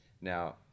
Now